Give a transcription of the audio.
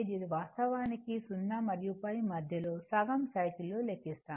ఇది వాస్తవానికి 0 మరియు π మధ్య లో సగం సైకిల్ లో లెక్కిస్తాము